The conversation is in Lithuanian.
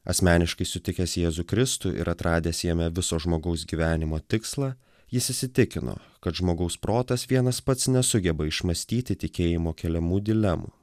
asmeniškai sutikęs jėzų kristų ir atradęs jame viso žmogaus gyvenimo tikslą jis įsitikino kad žmogaus protas vienas pats nesugeba išmąstyti tikėjimo keliamų dilemų